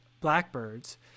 blackbirds